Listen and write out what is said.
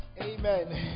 Amen